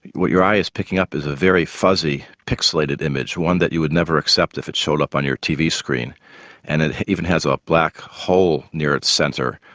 what your eye is picking up is a very fuzzy pixelated image, one that you would never accept if it showed up on your tv screen and it even has a black hole near its centre.